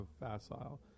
facile